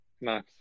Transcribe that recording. Nice